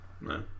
no